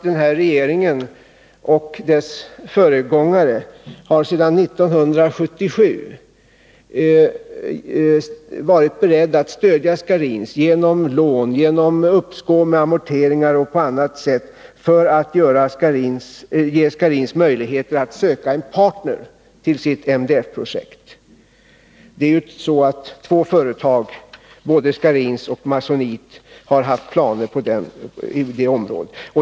Den här regeringen och dess föregångare har sedan 1977 varit beredda att stödja Scharins — genom lån, uppskov med amorteringar och på annat sätt — för att ge Scharins möjligheter att söka en partner till sitt MDPF-projekt. Två företag, både Scharins och Masonite AB, har haft planer på det området.